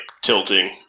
tilting